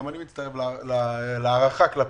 גם אני מצטרף להערכה כלפיך.